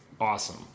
awesome